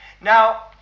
Now